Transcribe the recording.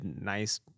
nice